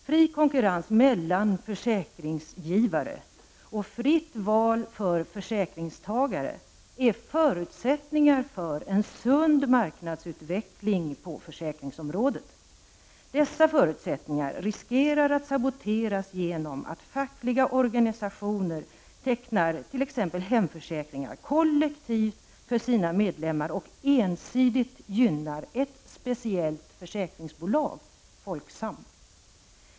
Fri konkurrens mellan försäkringsgivare och fritt val för försäkringstagare är förutsättningar för en sund marknadsutveckling på försäkringsområdet. Dessa förutsättningar riskerar att saboteras genom att fackliga organiastioner tecknar t.ex. hemförsäkringar kollektivt för sina medlemmar och ensidigt gynnar ett speciellt försäkringsbolag — Folksam.